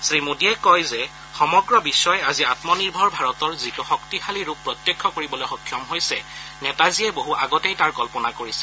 শ্ৰীমোদীয়ে কয় যে সমগ্ৰ বিশ্বই আজি আমনিৰ্ভৰ ভাৰতৰ যিটো শক্তিশালী ৰূপ প্ৰত্যক্ষ কৰিবলৈ সক্ষম হৈছে নেতাজীয়ে বহু আগতেই তাৰ কল্পনা কৰিছিল